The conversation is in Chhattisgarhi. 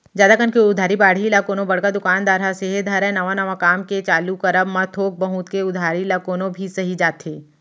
जादा कन के उधारी बाड़ही ल कोनो बड़का दुकानदार ह सेहे धरय नवा नवा काम के चालू करब म थोक बहुत के उधारी ल कोनो भी सहि जाथे